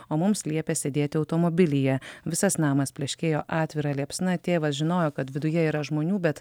o mums liepė sėdėti automobilyje visas namas pleškėjo atvira liepsna tėvas žinojo kad viduje yra žmonių bet